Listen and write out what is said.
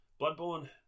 Bloodborne